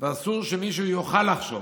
ואסור שמישהו יוכל לחשוב